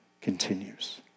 continues